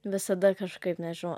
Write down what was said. visada kažkaip nežinau